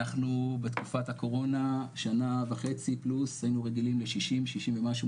אנחנו בתקופת הקורונה שנה וחצי פלוס היינו רגילים ל-60/ 60 ומשהו,